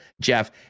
Jeff